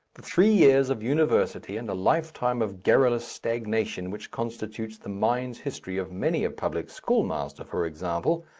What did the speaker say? the three years of university and a lifetime of garrulous stagnation which constitutes the mind's history of many a public schoolmaster, for example,